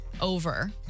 over